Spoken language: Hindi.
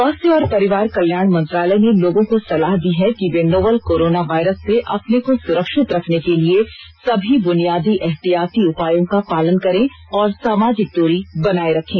स्वास्थ्य और परिवार कल्याण मंत्रालय ने लोगों को सलाह दी है कि वे नोवल कोरोना वायरस से अपने को सुरक्षित रखने के लिए सभी बुनियादी एहतियाती उपायों का पालन करें और सामाजिक दूरी बनाए रखें